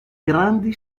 grandi